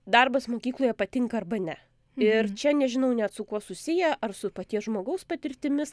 darbas mokykloje patinka arba ne ir čia nežinau net su kuo susiję ar su paties žmogaus patirtimis